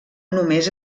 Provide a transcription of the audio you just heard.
només